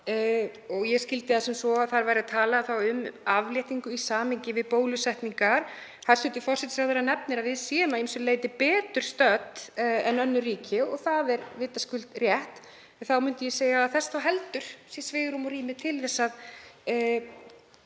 Ég skildi það sem svo að þar væri talað um afléttingu í samhengi við bólusetningar. Hæstv. forsætisráðherra nefnir að við séum að ýmsu leyti betur stödd en önnur ríki og það er vitaskuld rétt. Þá myndi ég segja að þess þá heldur sé svigrúm og rými til að